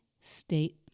state